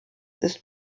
ist